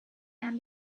and